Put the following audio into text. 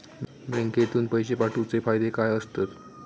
बँकेतून पैशे पाठवूचे फायदे काय असतत?